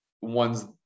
One's